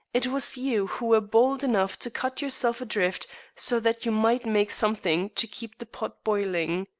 it was you who were bold enough to cut yourself adrift so that you might make something to keep the pot boiling.